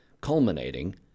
culminating